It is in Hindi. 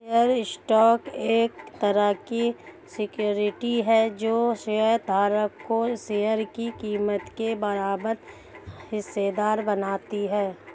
शेयर स्टॉक एक तरह की सिक्योरिटी है जो शेयर धारक को शेयर की कीमत के बराबर हिस्सेदार बनाती है